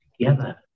together